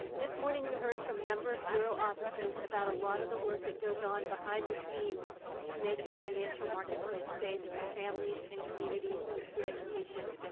this morning, we heard from a number of bureau offices about a lot of the work that goes on behind the scenes to make the financial marketplace safe for families and communities through education.